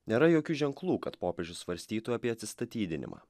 nėra jokių ženklų kad popiežius svarstytų apie atsistatydinimą